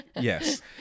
Yes